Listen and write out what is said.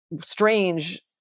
strange